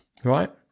Right